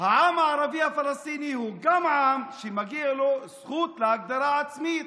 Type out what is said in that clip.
העם הערבי הפלסטיני גם הוא עם שמגיעה לו הזכות להגדרה עצמית.